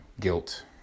guilt